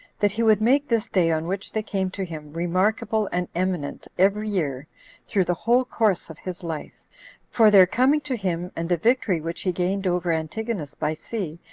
that he would make this day on which they came to him remarkable and eminent every year through the whole course of his life for their coming to him, and the victory which he gained over antigonus by sea,